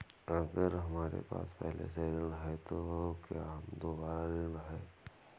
अगर हमारे पास पहले से ऋण है तो क्या हम दोबारा ऋण हैं?